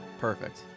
Perfect